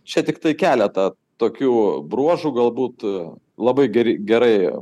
čia tiktai keletą tokių bruožų galbūt labai geri gerai